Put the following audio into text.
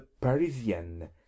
Parisienne